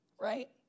Right